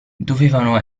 dovevano